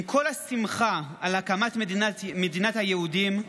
עם כל השמחה על הקמת מדינת היהודים,